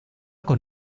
con